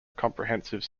comprehensive